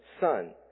son